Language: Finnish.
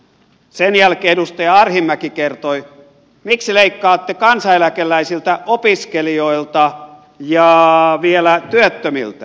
sen jälkeen edustaja arhinmäki kysyi miksi leikkaatte kansaneläkeläisiltä opiskelijoilta ja vielä työttömiltä